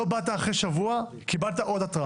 לא באת, אחרי שבוע קיבלת עוד התראה.